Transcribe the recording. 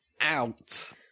out